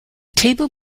table